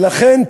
ולכן,